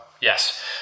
yes